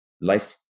life